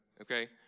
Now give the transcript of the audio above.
okay